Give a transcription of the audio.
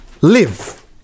live